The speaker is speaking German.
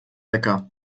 lecker